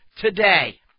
today